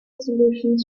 solutions